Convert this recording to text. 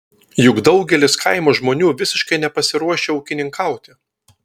juk daugelis kaimo žmonių visiškai nepasiruošę ūkininkauti